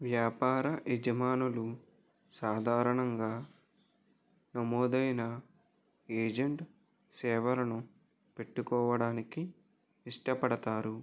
వ్యాపార యజమానులు సాధారణంగా నమోదైన ఏజెంట్ సేవలను పెట్టుకోడానికి ఇష్టపడతారు